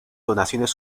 donaciones